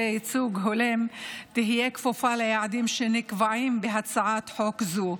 ייצוג הולם תהיה כפופה ליעדים שנקבעים בהצעת חוק זו.